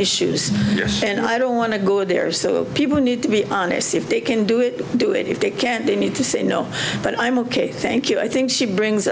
issues and i don't want to good there so people need to be honest if they can do it do it if they can't they need to say no but i'm ok thank you i think she brings